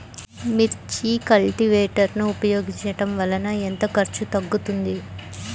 మిర్చి కల్టీవేటర్ ఉపయోగించటం వలన ఎంత ఖర్చు తగ్గుతుంది?